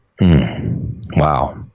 wow